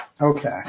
Okay